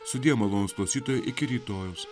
sudie malonūs klausytojai iki rytojaus